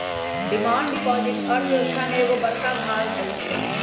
demand deposit अर्थव्यवस्था के एगो बड़का भाग होई छै